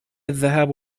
الذهاب